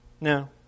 No